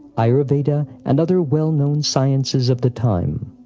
ayurveda, and other well-known sciences of the time.